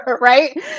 Right